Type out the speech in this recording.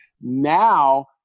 Now